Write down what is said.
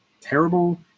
terrible